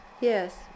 Yes